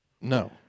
No